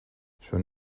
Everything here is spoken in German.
schon